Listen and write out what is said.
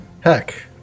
Heck